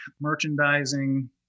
merchandising